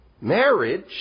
marriage